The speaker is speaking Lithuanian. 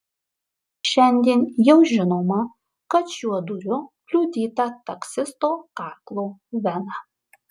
šiandien jau žinoma kad šiuo dūriu kliudyta taksisto kaklo vena